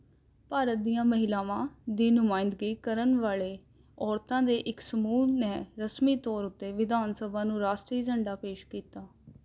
ਭਾਰਤ ਦੀਆਂ ਮਹਿਲਾਵਾਂ ਦੀ ਨੁਮਾਇੰਦਗੀ ਕਰਨ ਵਾਲੇ ਔਰਤਾਂ ਦੇ ਇੱਕ ਸਮੂਹ ਨੇ ਰਸਮੀ ਤੌਰ ਉੱਤੇ ਵਿਧਾਨ ਸਭਾ ਨੂੰ ਰਾਸ਼ਟਰੀ ਝੰਡਾ ਪੇਸ਼ ਕੀਤਾ